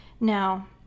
Now